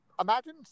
imagine